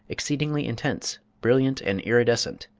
exceedingly intense, brilliant, and iridescent.